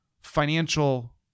financial